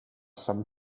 some